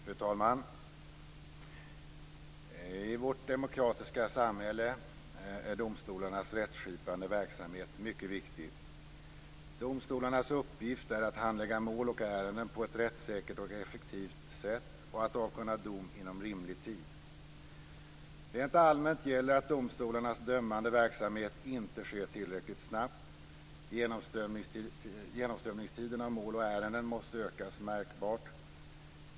Fru talman! I vårt demokratiska samhälle är domstolarnas rättsskipande verksamhet mycket viktig. Domstolarnas uppgift är att handlägga mål och ärenden på ett rättssäkert och effektivt sätt och att avkunna dom inom rimlig tid. Rent allmänt gäller att domstolarnas dömande verksamhet inte sker tillräckligt snabbt. Genomströmningstiden för mål och ärenden måste ökas märkbart.